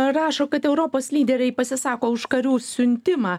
rašo kad europos lyderiai pasisako už karių siuntimą